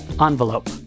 envelope